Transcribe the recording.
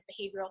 behavioral